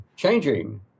changing